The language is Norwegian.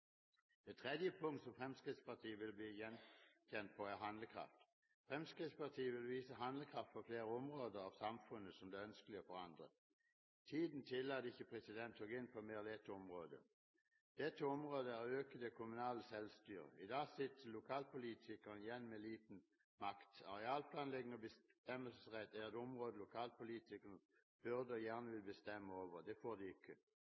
Det tredje punktet som Fremskrittspartiet vil bli gjenkjent på, er handlekraft. Fremskrittspartiet vil vise handlekraft på flere områder av samfunnet som det er ønskelig å forandre. Tiden tillater ikke å gå inn på mer enn ett område. Dette området er å øke det kommunale selvstyret. I dag sitter lokalpolitikeren igjen med liten makt. Arealplanlegging og bestemmelsesrett er et område lokalpolitikerne burde og gjerne vil bestemme over. Det